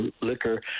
liquor